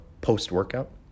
post-workout